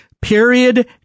Period